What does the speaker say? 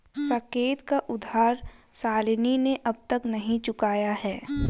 साकेत का उधार शालिनी ने अब तक नहीं चुकाया है